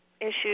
issues